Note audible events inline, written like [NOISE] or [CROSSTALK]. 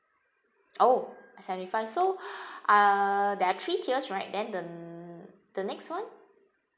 oh seventy five so [BREATH] uh there are three tiers right then the the next [one]